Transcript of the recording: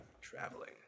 Traveling